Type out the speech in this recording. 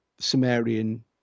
Sumerian